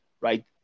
right